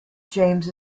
james